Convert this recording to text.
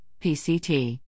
PCT